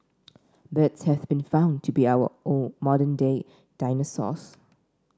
birds have been found to be our own modern day dinosaurs